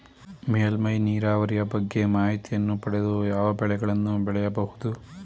ಮೇಲ್ಮೈ ನೀರಾವರಿಯ ಬಗ್ಗೆ ಮಾಹಿತಿಯನ್ನು ಪಡೆದು ಯಾವ ಬೆಳೆಗಳನ್ನು ಬೆಳೆಯಬಹುದು?